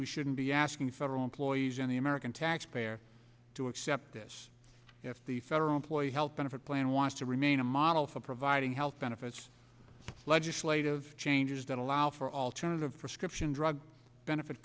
we shouldn't be asking federal employees in the american taxpayer to accept this if the federal employee health benefit plan wants to remain a model for providing health benefits legislative changes that allow for alternative prescription drug benefit